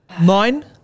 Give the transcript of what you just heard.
nine